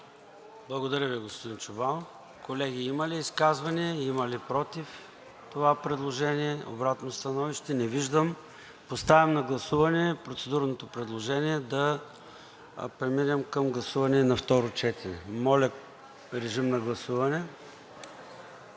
Благодаря Ви, господин Чобанов. Колеги, има ли изказвания? Има ли против това предложение? Обратно становище? Не виждам. Поставям на гласуване процедурното предложение да преминем към гласуване на второ четене. Гласували